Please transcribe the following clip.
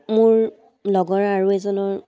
মোৰ লগৰ আৰু এজনৰ